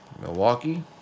Milwaukee